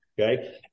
Okay